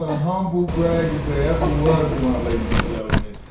ah humble brag if there ever and was and one ladies and gentlemen.